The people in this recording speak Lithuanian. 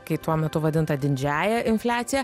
kai tuo metu vadinta didžiąja infliacija